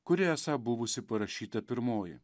kuri esą buvusi parašyta pirmoji